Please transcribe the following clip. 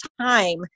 time